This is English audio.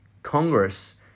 Congress